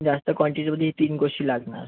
जास्त क्वांटीटीमध्ये तीन गोष्टी लागणार